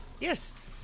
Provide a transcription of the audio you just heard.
Yes